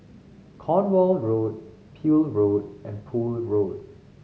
Cornwall Road Peel Road and Poole Road